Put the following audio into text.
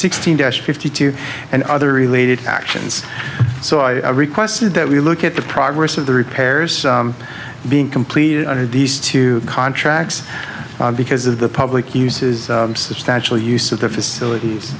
sixteen dash fifty two and other related actions so i requested that we look at the progress of the repairs being completed under these two contracts because the public uses substantially use of their facilities